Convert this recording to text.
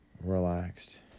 relaxed